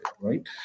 right